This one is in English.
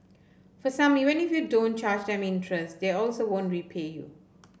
for some even if you don't charge them interest they also won't repay you